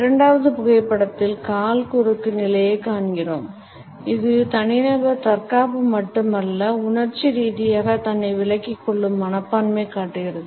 இரண்டாவது புகைப்படத்தில் கால் குறுக்கு நிலையை காண்கிறோம் இது தனிநபர் தற்காப்பு மட்டுமல்ல உணர்ச்சி ரீதியாக தன்னை விலக்கிக் கொள்ளும் மனப்பான்மையை காட்டுகிறது